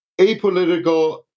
apolitical